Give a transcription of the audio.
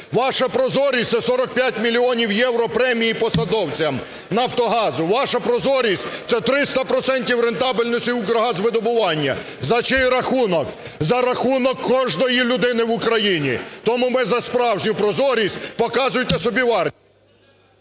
Ваша прозорість – це 45 мільйонів євро премії посадовцям "Нафтогазу"! Ваша прозорість – це 300 процентів рентабельності Укргазвидобування. За чий рахунок? За рахунок кожної людини в Україні. Тому ми за справжню прозорість. Показуйте собівартість…